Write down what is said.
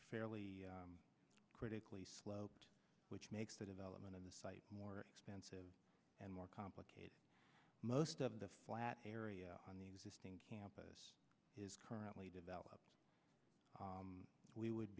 fairly critically sloped which makes the development of the site more expensive and more complicated most of the flat area the existing campus is currently developed we would